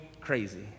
crazy